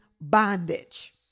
bondage